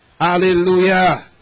Hallelujah